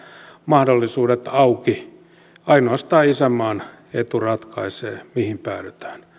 mahdollisuudet auki ainoastaan isänmaan etu ratkaisee mihin päädytään